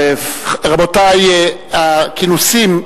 רבותי, הכינוסים,